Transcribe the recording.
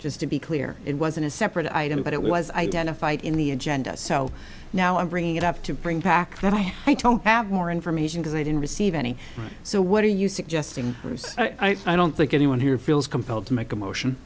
just to be clear it wasn't a separate item but it was identified in the agenda so now i'm bringing it up to bring back that i have more information because i didn't receive any so what are you suggesting i don't think anyone here feels compelled to make a motion